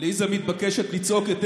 אחרי סעיף 2 לא